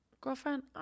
Girlfriend